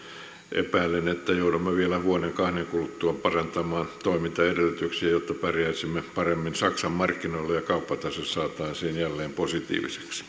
epäilen että joudumme vielä vuoden kahden kuluttua parantamaan toimintaedellytyksiä jotta pärjäisimme paremmin saksan markkinoilla ja kauppatase saataisiin jälleen positiiviseksi